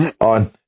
on